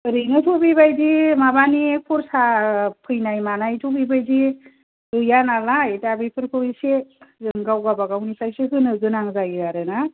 ओरैनोथ' बेबायदि माबानि खरसा फैनाय मानायथ' बेबायदि गैया नालाय दा बेफोरखौ एसे जों गाव गावबा गावनिफ्रायसो होनो गोनां जायो आरोना